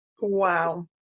Wow